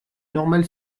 normale